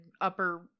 upper